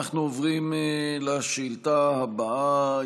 אנחנו עוברים לשאילתה הבאה.